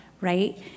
Right